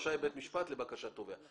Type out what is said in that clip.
רשאי בית המשפט לבקשת תובע".